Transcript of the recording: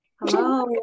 Hello